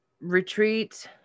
retreat